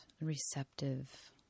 receptive